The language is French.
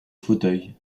fauteuils